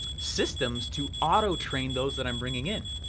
systems to auto-train those that i'm bringing in.